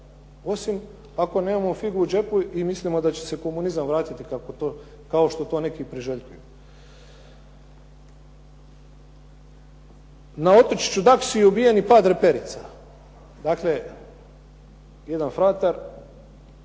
Osim ako nemamo figu u džepu i mislimo da će se komunizam vratiti kao što to neki priželjkuju. Na otočiću Daksi je ubijen i pater Perica, dakle jedan fratar,